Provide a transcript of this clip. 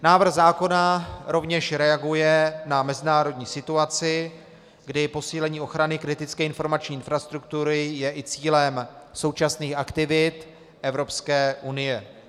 Návrh zákona rovněž reaguje na mezinárodní situaci, kdy posílení ochrany kritické informační infrastruktury je i cílem současných aktivit Evropské unie.